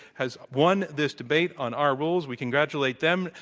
has won this debate on our rules. we congratulate them.